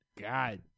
God